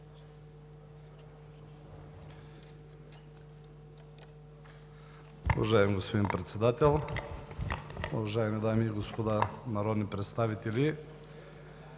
уважаеми господин Председател. Уважаеми дами и господа народни представители!